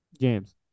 James